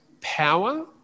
power